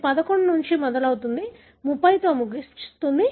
ఇది 11 నుండి మొదలవుతుంది 30 తో ముగుస్తుంది